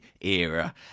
era